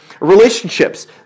relationships